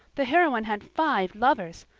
the heroine had five lovers.